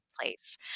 place